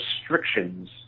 restrictions